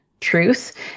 truth